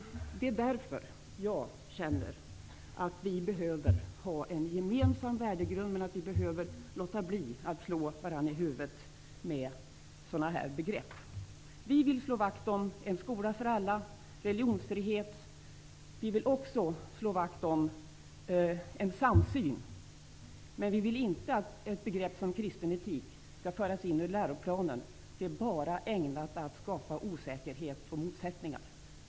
Det är därför jag känner att vi måste ha en gemensam värdegrund och att vi måste låta bli att slå varandra i huvudet med sådana här begrepp. Vi vill slå vakt om en skola för alla och om religionsfrihet. Vi vill också slå vakt om en samsyn, men vi vill inte att ett begrepp som ''kristen etik'' skall föras in i läroplanen. Det vore bara ägnat att skapa osäkerhet och motsättningar.